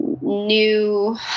new